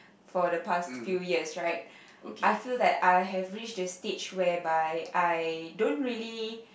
for the past few years right I feel that I have reached the stage whereby I don't really